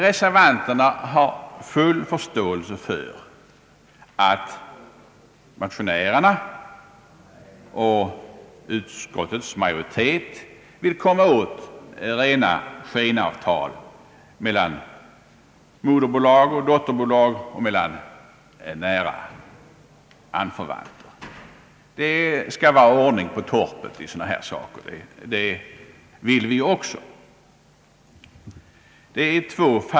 Reservanterna har full förståelse för att motionärerna och utskottsmajoriteten vill komma åt rena skenavtal mellan moderbolag och dotterbolag och mellan nära anförvanter. Det skall vara ordning på torpet i sådana här saker! Det vill även vi.